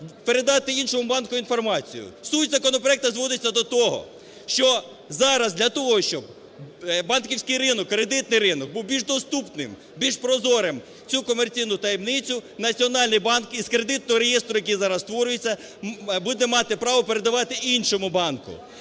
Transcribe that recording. передати іншому банку інформацію. Суть законопроекту зводиться до того, що зараз для того, щоб банківський ринок, кредитний ринок був більш доступним, більш прозорим, цю комерційну таємницю Національний банк із Кредитного реєстру, який зараз створюється, буде мати право передавати іншому банку.